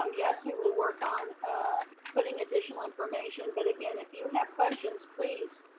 um yes, we will work on putting additional information. but again, if you have questions, please